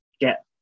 get